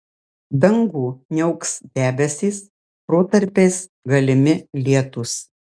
dangų niauks debesys protarpiais galimi lietūs